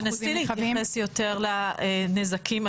תנסי להתייחס יותר לנזקים,